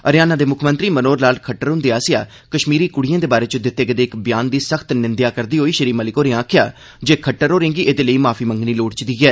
हरियाणा दे मुक्खमंत्री मनोहर लाल खट्टर हुंदे आसेआ कश्मीरी कुड़िएं दे बारै च दित्ते गेदे इक बयान दी सख्त निंदेआ करदे होई श्री मलिक होरें आखेआ जे खट्टर होरें'गी एह्दे लेई माफी मंग्गनी लोड़चदी ऐ